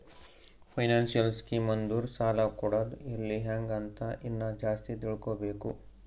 financial scheme ಅಂದುರ್ ಸಾಲ ಕೊಡದ್ ಎಲ್ಲಿ ಹ್ಯಾಂಗ್ ಅಂತ ಇನ್ನಾ ಜಾಸ್ತಿ ತಿಳ್ಕೋಬೇಕು